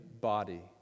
body